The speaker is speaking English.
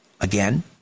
Again